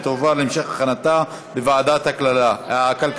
ותועבר להמשך הכנתה בוועדת הכלכלה.